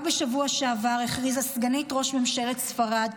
רק בשבוע שעבר הכריזה סגנית ראש ממשלת ספרד,